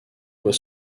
doit